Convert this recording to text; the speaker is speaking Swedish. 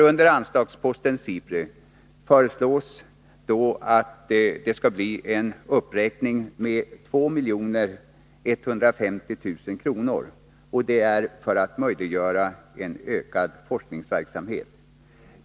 Under anslagsposten SIPRI föreslås nämligen en uppräkning med 2 150 000 kr., för att möjliggöra en ökad forskningsverksamhet.